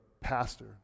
pastor